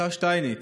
השר שטייניץ,